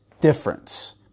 difference